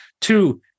Two